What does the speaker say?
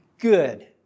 good